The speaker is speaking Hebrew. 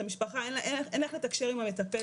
למשפחה אין איך לתקשר עם המטפל,